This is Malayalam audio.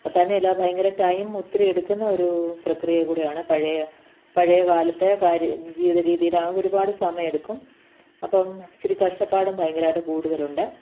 തന്നെയല്ല ഭയങ്കര ടൈം ഒത്തിരി എടുക്കുന്ന ഒരു പ്രക്രിയ കൂടിയാണ് പഴയ പഴയ കാലത്തെ ബാർ ജീവിത രീതിയിലൊരുപാട് സമയമെടുക്കും അപ്പം ഇച്ചിരി കഷ്ടപ്പാടും ഭയങ്കരമായിട്ടു കൂടുതലുണ്ട്